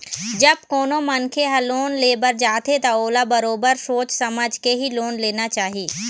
जब कोनो मनखे ह लोन ले बर जाथे त ओला बरोबर सोच समझ के ही लोन लेना चाही